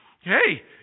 Hey